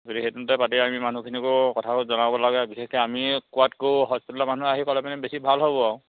আমি মানুহখিনিকো কথাটো জনাব লাগে বিশেষকৈ আমি কোৱাতকৈয়ো হস্পিটেলৰ মানুহে আহি ক'লে মানে বেছি ভাল হ'ব আৰু